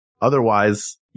Otherwise